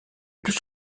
plus